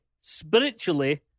spiritually